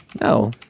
No